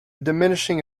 diminishing